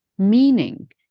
meaning